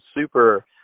super